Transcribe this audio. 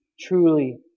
truly